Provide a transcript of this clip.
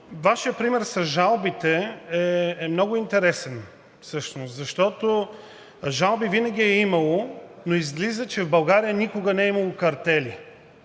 Вашият пример с жалбите е много интересен, защото жалби винаги е имало, но излиза, че в България никога не е имало картели,